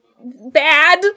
bad